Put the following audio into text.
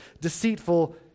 deceitful